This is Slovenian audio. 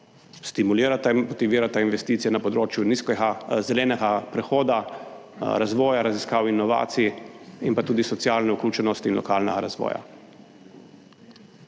stimulirata in motivirata investicije na področju nizkega zelenega prehoda, razvoja, raziskav, inovacij in pa tudi socialne vključenosti in lokalnega razvoja.